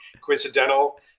coincidental